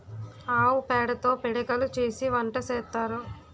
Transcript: ఆవు పేడతో పిడకలు చేసి వంట సేత్తారు